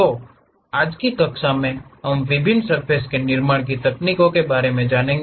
तो आज की कक्षा में हम विभिन्न सर्फ़ेस के निर्माण तकनीकों के बारे में जानेंगे